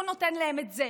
הוא נותן להם את זה